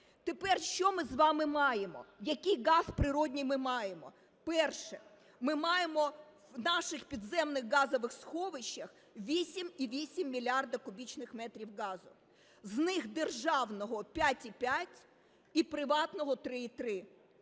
Тепер що ми з вами маємо, який газ природній ми маємо? Перше. Ми маємо в наших підземних газових сховищах 8,8 мільярда кубічних метрів газу, з них державного – 5,5 і приватного – 3,3,